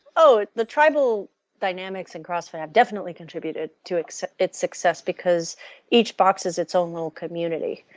oh, the tribal dynamics in crossfit have definitely contributed to its its success, because each box has its own little community,